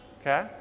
okay